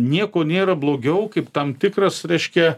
nieko nėra blogiau kaip tam tikras reiškia